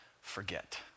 forget